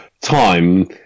time